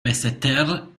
basseterre